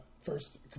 first